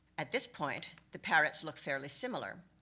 at this point, the parrots look fairly similar.